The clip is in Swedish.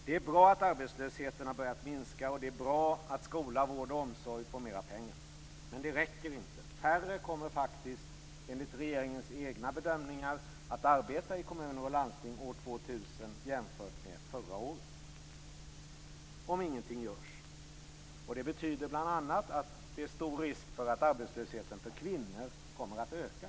Det är bra att arbetslösheten har börjat minska, och det är bra att skola, vård och omsorg får mera pengar. Men det räcker inte. Enligt regeringens egna bedömningar kommer faktiskt färre att arbeta i kommuner och landsting år 2000 jämfört med förra året, om ingenting görs. Det betyder bl.a. att det är stor risk att arbetslösheten för kvinnor kommer att öka.